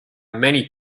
many